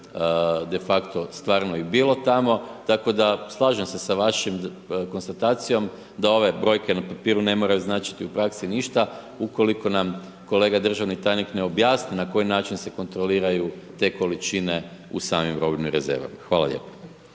de facto stvarno i bilo tamo. Tako da slažem se s vašom konstatacijom, da ove brojke na papiru ne moraju značiti u praksi ništa, ukoliko nam kolega državni tajnik ne objasni na koji način se kontroliraju te količine u samim robnim rezervama. Hvala lijepo.